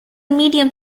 medium